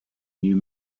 new